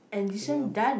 nothing oh